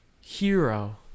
hero